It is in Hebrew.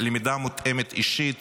למידה מותאמת אישית